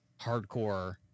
hardcore